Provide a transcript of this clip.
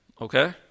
Okay